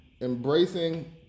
Embracing